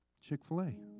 Chick-fil-A